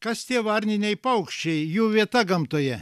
kas tie varniniai paukščiai jų vieta gamtoje